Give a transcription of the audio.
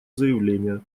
заявление